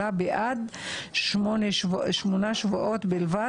אלא בעד שמונה שבועות בלבד.